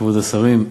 לכבוד השרים.